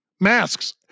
Masks